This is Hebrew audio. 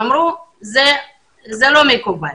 אמרו שזה לא מקובל.